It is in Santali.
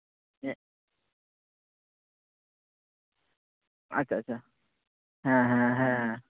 ᱟᱪᱪᱷᱟ ᱟᱪᱪᱷᱟ ᱦᱮ ᱦᱮᱸ ᱦᱮᱸ